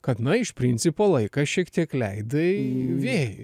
kad na iš principo laiką šiek tiek leidai vėjui